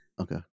Okay